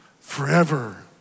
Forever